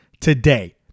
today